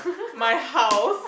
my house